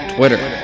Twitter